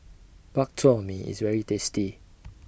Bak Chor Mee IS very tasty